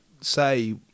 say